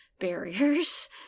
barriers